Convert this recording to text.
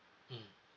mmhmm